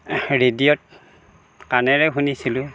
ৰেডিঅ'ত কাণেৰে শুনিছিলোঁ